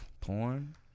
Porn